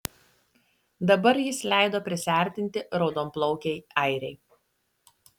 dabar jis leido prisiartinti raudonplaukei airei